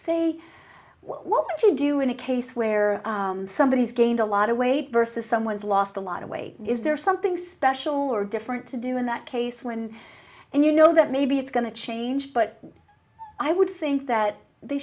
say what would you do in a case where somebody has gained a lot of weight versus someone's lost a lot of weight is there something special or different to do in that case when and you know that maybe it's going to change but i would think that they